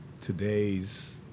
today's